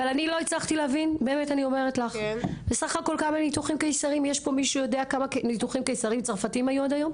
הצלחתי להבין בסך הכול כמה ניתוחים קיסריים צרפתיים היו עד היום?